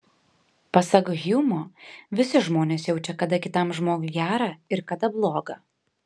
pasak hjumo visi žmonės jaučia kada kitam žmogui gera ir kada bloga